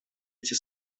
эти